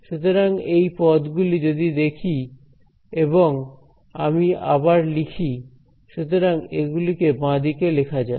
সুতরাং এই পদ গুলি যদি দেখি এবং আমি আবার লিখি সুতরাং এগুলিকে বাঁদিকে লেখা যাক